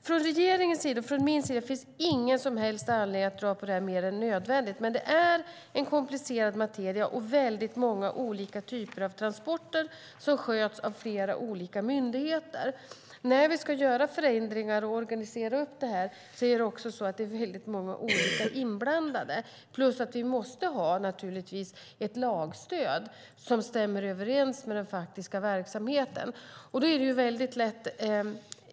Från regeringens och min sida finns det ingen som helst anledning att dra ut på det här mer än nödvändigt, men det är en komplicerad materia och väldigt många olika typer av transporter som sköts av flera olika myndigheter. När vi ska göra förändringar och organisera det hela är det många olika inblandade, plus att den faktiska verksamheten måste ha lagstöd.